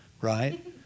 Right